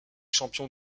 champion